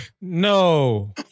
No